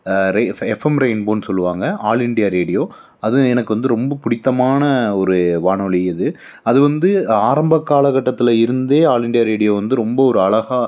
ரே FM ரெயின்போன்னு சொல்லுவாங்கள் all India radio அதுவும் எனக்கு வந்து ரொம்ப பிடித்தமான ஒரு வானொலி அது அது வந்து ஆரம்ப காலகட்டத்தில் இருந்தே ஆல் இந்தியா ரேடியோ வந்து ரொம்ப ஒரு அழகாக